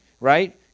right